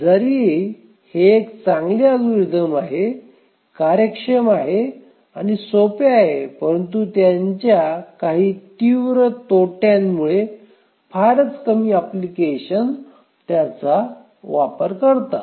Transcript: जरी हे एक चांगले अल्गोरिदम आहे कार्यक्षम आणि सोपी आहे परंतु त्याच्या काही तीव्र तोटेांमुळे फारच कमी एप्लिकेशन त्याचा वापर करतात